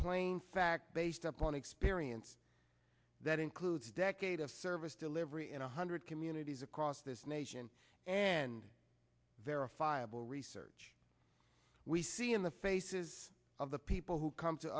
plain fact based on experience that includes a decade of service delivery in a hundred communities across this nation and verifiable research we see in the faces of the people who come to